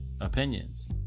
opinions